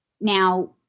Now